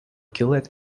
killed